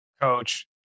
Coach